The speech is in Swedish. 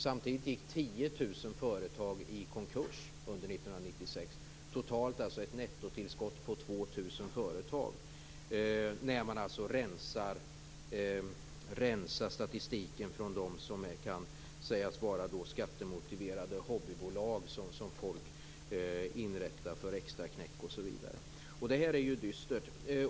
Samtidigt gick 10 000 företag i konkurs under 1996. Totalt blir det ett nettotillskott på 2 000 företag när man rensar statistiken från de företag som kan sägas vara skattemotiverade hobbybolag som människor inrättar för extraknäck osv. Det är dystert.